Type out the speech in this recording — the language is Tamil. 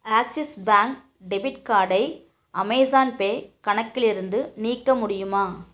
ஆக்ஸிஸ் பேங்க் டெபிட் கார்டை அமேஸான் பே கணக்கில் இருந்து நீக்க முடியுமா